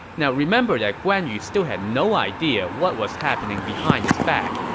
now, remember that guan yu still had no idea what was happening behind his back,